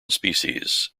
species